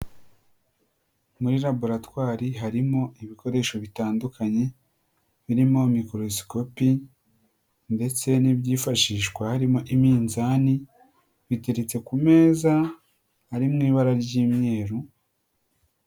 Muri raboratwari harimo ibikoresho bitandukanye birimo mikorosikopi, ndetse n'ibyifashishwa harimo iminzani, biteretse ku meza ari mu ibara ry'imyeru.